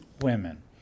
women